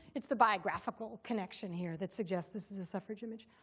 it's the biographical connection here that suggests this is a suffrage image.